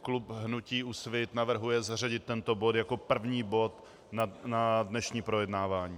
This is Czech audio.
Klub hnutí Úsvit navrhuje zařadit tento bod jako první bod na dnešní projednávání.